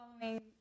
following